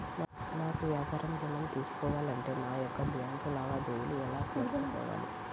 నాకు వ్యాపారం ఋణం తీసుకోవాలి అంటే నా యొక్క బ్యాంకు లావాదేవీలు ఎలా జరుపుకోవాలి?